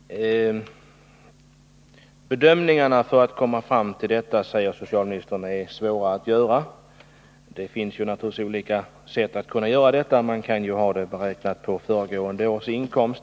Herr talman! Bedömningarna på detta område, säger socialministern, är svåra att göra. Det finns naturligtvis olika sätt. Man kan ju göra beräkningen på föregående års inkomst.